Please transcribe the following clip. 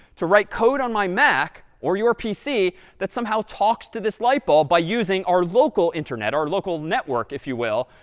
to write code on my mac or your pc that somehow talks to this light bulb by using our local internet, our local network, if you will,